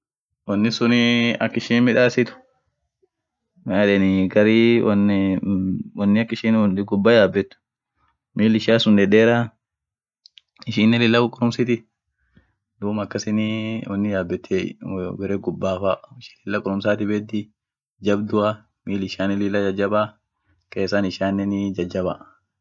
woni sunii ak ishin midasit maedenii garii woni-woni ak ishin gubba yabet, mil ishian sun dedeera ishinen lilla kukurumsiti duum akasinii woni yabetiey bare gubaa fa, ishin lilla kurumsati beedi, jabdua, mil ishianen lilla jajaba, kesan ishianen jajaba.